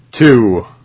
two